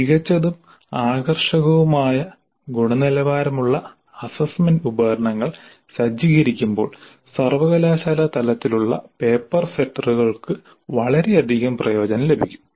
മികച്ചതും ആകർഷകവുമായ ഗുണനിലവാരമുള്ള അസ്സസ്സ്മെന്റ് ഉപകരണങ്ങൾ സജ്ജീകരിക്കുമ്പോൾ സർവകലാശാലാ തലത്തിലുള്ള പേപ്പർ സെറ്ററുകൾക്ക് വളരെയധികം പ്രയോജനം ലഭിക്കും